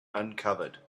uncovered